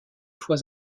fois